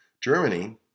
Germany